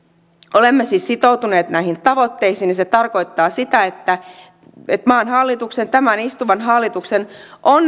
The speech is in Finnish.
olemme siis sitoutuneet näihin tavoitteisiin ja se tarkoittaa sitä että että maan hallituksen tämän istuvan hallituksen on